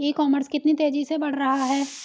E commerce कितनी तेजी से बढ़ रहा है?